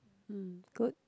mm good